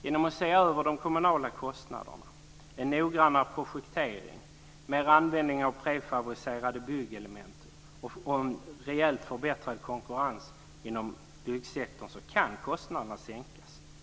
Genom att se över de kommunala kostnaderna och genom en noggrann projektering, en ökad användning av prefabricerade byggelement och en rejält förbättrad konkurrens inom byggsektorn kan byggkostnaderna sänkas.